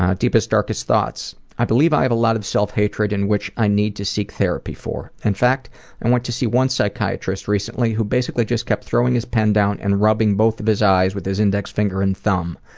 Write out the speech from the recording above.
um deepest, darkest thoughts? i believe i have a lot of self-hatred and which i need to seek therapy for. in fact, i went to see one psychiatrist recently who basically just kept throwing his pen down and rubbing both of his eyes with his index finger and thumb.